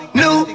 new